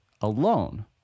alone